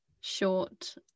short